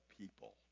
people